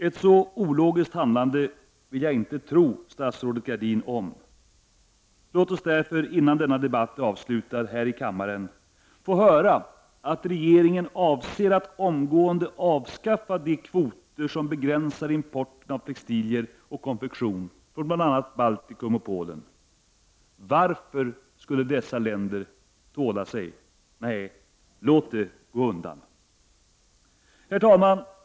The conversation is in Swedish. Ett så ologiskt handlande vill jag inte tro statsrådet Gradin om. Låt oss därför, innan denna debatt är avslutad, här i kammaren få höra att regeringen avser att omgående avskaffa de kvoter som begränsar importen av textilier och konfektion från bl.a. Baltikum och Polen. Varför skulle dessa länder behöva tåla sig? Nej, låt det gå undan! Herr talman!